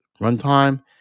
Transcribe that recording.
runtime